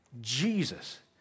Jesus